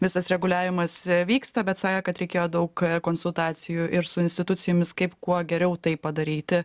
visas reguliavimas vyksta bet sakė kad reikėjo daug konsultacijų ir su institucijomis kaip kuo geriau tai padaryti